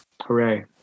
Hooray